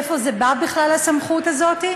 מאיפה באה בכלל הסמכות הזאת?